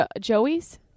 Joey's